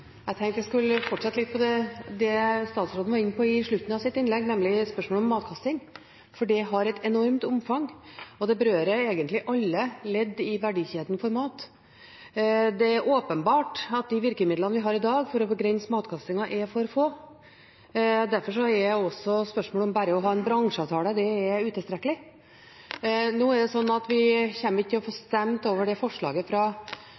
Jeg tenkte jeg skulle fortsette litt på det statsråden var inne på i slutten av sitt innlegg, nemlig spørsmålet om matkasting, for det har et enormt omfang, og det berører egentlig alle ledd i verdikjeden for mat. Det er åpenbart at de virkemidlene vi har i dag for å begrense matkastingen, er for få. Derfor er også spørsmålet om bare å ha en bransjeavtale utilstrekkelig. Nå er det slik at vi ikke kommer til å få stemt over forslaget fra